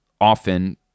often